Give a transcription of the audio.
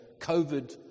COVID